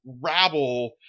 rabble